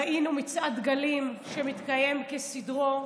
ראינו מצעד דגלים שמתקיים כסדרו,